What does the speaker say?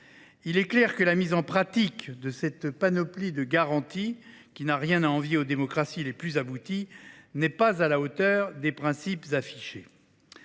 il est clair que la mise en pratique de cette panoplie de garanties, qui n’a rien à envier aux démocraties les plus abouties, n’est pas à la hauteur des principes affichés.